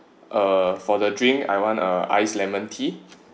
uh for the drink I want uh ice lemon tea